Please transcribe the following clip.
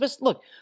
look